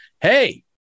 Hey